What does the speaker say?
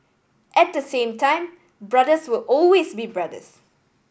at the same time brothers will always be brothers